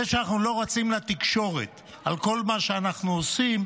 זה שאנחנו לא רצים לתקשורת על כל מה שאנחנו עושים,